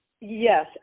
Yes